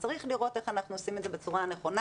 צריך לראות איך אנחנו עושים את זה בצורה הנכונה